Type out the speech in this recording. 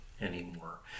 anymore